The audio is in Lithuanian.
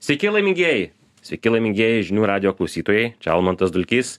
sveiki laimingieji sveiki laimingieji žinių radijo klausytojai čia almantas dulkys